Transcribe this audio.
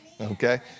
Okay